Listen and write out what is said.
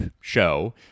show